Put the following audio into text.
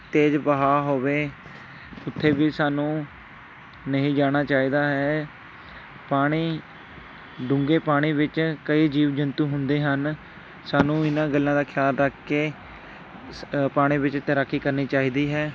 ਤੇਜ਼ ਵਹਾ ਹੋਵੇ ਉੱਥੇ ਵੀ ਸਾਨੂੰ ਨਹੀਂ ਜਾਣਾ ਚਾਹੀਦਾ ਹੈ ਪਾਣੀ ਡੂੰਘੇ ਪਾਣੀ ਵਿੱਚ ਕਈ ਜੀਵ ਜੰਤੂ ਹੁੰਦੇ ਹਨ ਸਾਨੂੰ ਇਹਨਾਂ ਗੱਲਾਂ ਦਾ ਖਿਆਲ ਰੱਖ ਕੇ ਸ ਪਾਣੀ ਵਿੱਚ ਤੈਰਾਕੀ ਕਰਨੀ ਚਾਹੀਦੀ ਹੈ